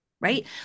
right